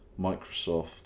Microsoft